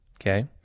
okay